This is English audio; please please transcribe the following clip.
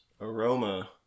aroma